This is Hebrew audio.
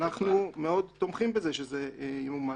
אנחנו מאוד תומכים בזה שזה ימומש.